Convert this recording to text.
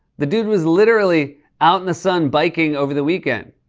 the dude was literally out in the sun biking over the weekend.